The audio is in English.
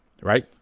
Right